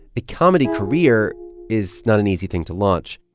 a comedy career is not an easy thing to launch.